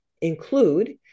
include